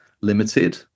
limited